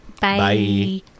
Bye